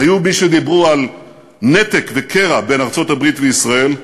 היו מי שדיברו על נתק וקרע בין ארצות-הברית לישראל,